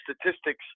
statistics